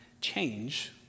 Change